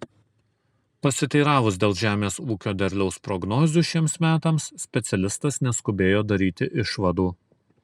pasiteiravus dėl žemės ūkio derliaus prognozių šiems metams specialistas neskubėjo daryti išvadų